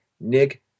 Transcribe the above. Nick